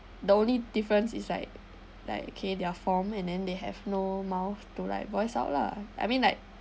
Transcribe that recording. the only difference is like like their form and then they have no mouth to like voice out lah I mean like